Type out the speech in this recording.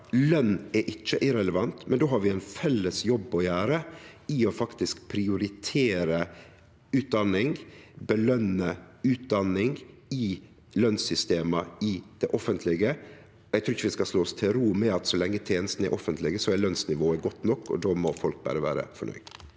løn er irrelevant, men då har vi ein felles jobb å gjere i faktisk å prioritere utdanning og løne utdanning i lønssystema i det offentlege. Eg trur ikkje vi skal slå oss til ro med at så lenge tenestene er offentlege, er lønsnivået godt nok, og at folk då berre må vere fornøgde.